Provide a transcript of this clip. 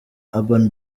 urban